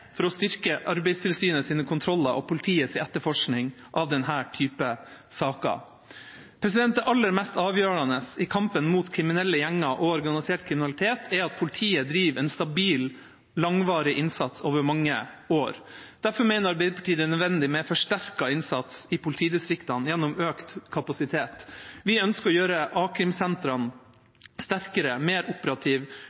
for å styrke Arbeidstilsynets kontroller og politiets etterforskning av denne typen saker. Det aller mest avgjørende i kampen mot kriminelle gjenger og organisert kriminalitet er at politiet driver en stabil og langvarig innsats over mange år. Derfor mener Arbeiderpartiet det er nødvendig med forsterket innsats i politidistriktene gjennom økt kapasitet. Vi ønsker å gjøre